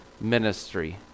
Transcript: ministry